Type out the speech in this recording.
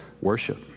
worship